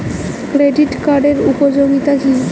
Credit কার্ডের উপযোগিতা কি?